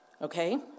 Okay